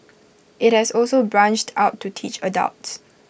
IT has also branched out to teach adults